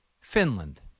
Finland